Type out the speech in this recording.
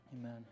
Amen